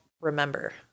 remember